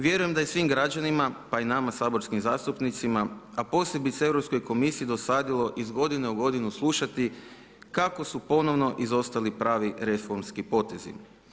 Vjerujem da je svim građanima, pa i nama saborskim zastupnicima, a posebice Europskoj Komisiji dosadilo iz godine u godinu slušati kako su ponovno izostali pravi reformski potezi.